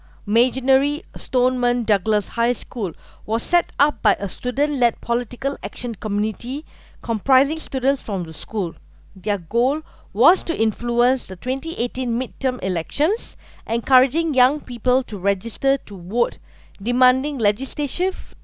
Marjory stone man Douglas high school was set up by a student-led political action community comprising students from the school their goal was to influence the twenty eighteen midterm elections encouraging young people to register to vote demanding legislative